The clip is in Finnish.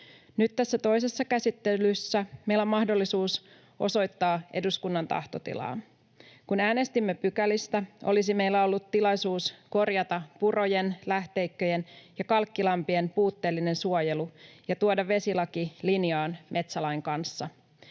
Nyt tässä toisessa käsittelyssä meillä on mahdollisuus osoittaa eduskunnan tahtotilaa. Kun äänestimme pykälistä, olisi meillä ollut tilaisuus korjata purojen, lähteikköjen ja kalkkilampien puutteellinen suojelu ja tuoda vesilaki linjaan metsälain kanssa.